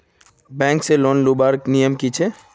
Bank से loan लुबार नियम की छे?